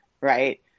right